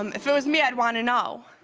um if it was me, i would want to know.